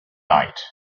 night